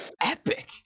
epic